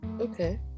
Okay